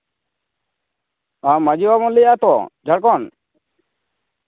ᱟᱢ ᱢᱟᱹᱡᱷᱤ ᱵᱟᱵᱟᱢ ᱞᱟᱹᱭᱮᱫᱼᱟ ᱛᱚ ᱡᱷᱟᱲᱠᱷᱚᱸᱰ